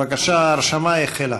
בבקשה, ההרשמה החלה.